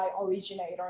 originator